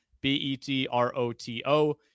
B-E-T-R-O-T-O